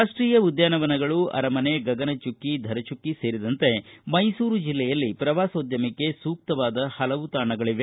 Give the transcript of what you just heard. ರಾಷ್ಟೀಯ ಉದ್ಯಾನವನಗಳು ಅರಮನೆ ಗಗನಚುಕ್ಕಿ ಧರಚುಕ್ಕಿ ಸೇರಿದಂತೆ ಮೈಸೂರು ಜಿಲ್ಲೆಯಲ್ಲಿ ಪ್ರವಾಸೋದ್ಯಮಕ್ಕೆ ಸೂಕ್ತವಾದ ಹಲವು ತಾಣಗಳವೆ